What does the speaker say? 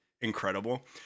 incredible